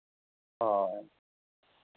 ᱦᱳᱭ